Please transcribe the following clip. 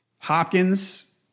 Hopkins